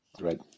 Right